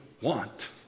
want